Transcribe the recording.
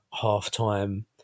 half-time